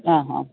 ആ ആ